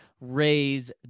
raise